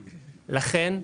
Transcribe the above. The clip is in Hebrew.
לכן,